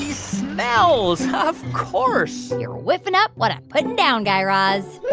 smells. of course you're whiffing up what i'm putting down, guy raz